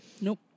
nope